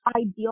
ideal